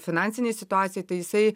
finansinei situacijai tai jisai